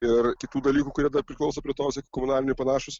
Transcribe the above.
ir kitų dalykų kurie priklauso prie to visąlaik komunaliniai panašūs